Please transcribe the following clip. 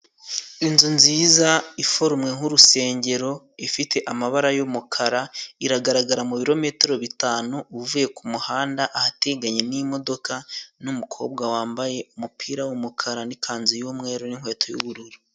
Inzu nziza iforomwe nk'urusengero ifite amabara y'umukara iragaragara mubirometero bitanu uvuye kumuhanda, ahateganye n'imodoka n'umukobwa wambaye umupira wumukara, n'ikanzu y'umweru n'inkweto z'ubururu.